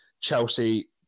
Chelsea